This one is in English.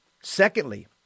Secondly